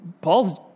Paul's